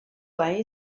way